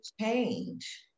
change